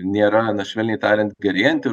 nėra na švelniai tariant gerėjanti